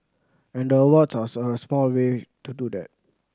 and the awards are a small way to do that